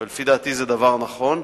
לפי דעתי זה דבר נכון,